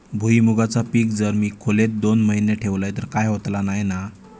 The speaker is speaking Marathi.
भुईमूगाचा पीक जर मी खोलेत दोन महिने ठेवलंय तर काय होतला नाय ना?